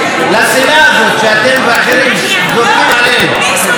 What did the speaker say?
לשנאה הזאת שאתם ואחרים זורקים עלינו.